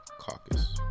caucus